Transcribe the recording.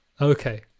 Okay